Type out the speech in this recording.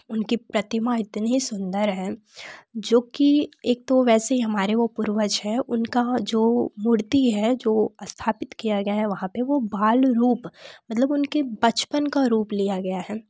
उनकी प्रतिमा इतनी सुंदर है जो की एक तो वैसे हमारे वह पूर्वज हैं उनका जो मूर्ति है जो स्थापित किया गया है वहाँ पर वह बाल रूप मतलब उनके बचपन का रूप लिया गया है